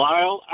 Lyle